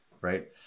right